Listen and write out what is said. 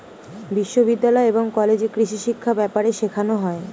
বিশ্ববিদ্যালয় এবং কলেজে কৃষিশিক্ষা ব্যাপারে শেখানো হয়